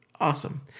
Awesome